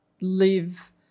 live